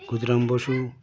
Khudiram Basu